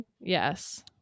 Yes